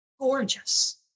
gorgeous